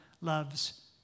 loves